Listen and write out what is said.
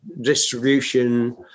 distribution